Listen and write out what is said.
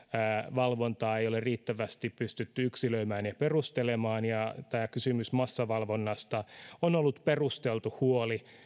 valvontaa ei ole riittävästi pystytty yksilöimään ja perustelemaan ja tämä kysymys massavalvonnasta on ollut perusteltu huoli